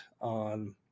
on